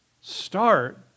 Start